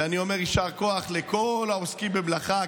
ואני אומר: יישר כוח לכל העוסקים במלאכה,